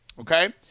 okay